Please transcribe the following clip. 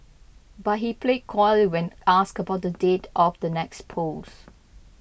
but he played coy when asked about the date of the next polls